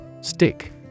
Stick